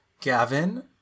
Gavin